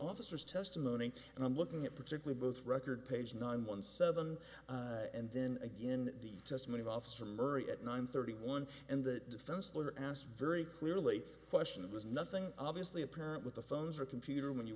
officers testimony and i'm looking at particular both record page nine one seven and then again in the testimony of officer murray at nine thirty one and the defense lawyer asked very clearly question was nothing obviously apparent with the phones or computer when you